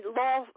law